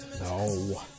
No